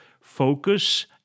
focus